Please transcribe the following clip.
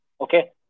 Okay